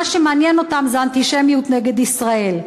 מה שמעניין אותם זה אנטישמיות נגד ישראל.